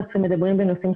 אכן.